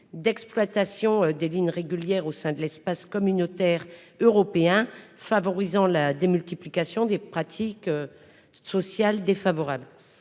d'exploitation des lignes régulières au sein de l'espace communautaire, ce qui favorise la multiplication des pratiques sociales défavorables.